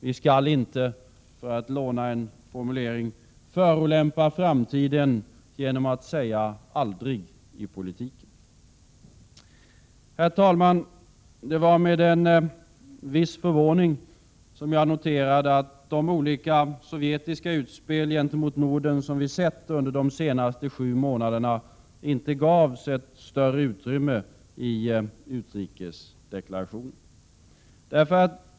Vi skall inte, för att låna en formulering, förolämpa framtiden genom att säga ”aldrig” i politiken. Herr talman! Det var med viss förvåning som jag noterade att de olika sovjetiska utspel gentemot Norden vi sett under de senaste sju månaderna inte gavs ett större utrymme i utrikesdeklarationen.